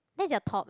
that's your top ah